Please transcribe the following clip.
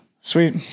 sweet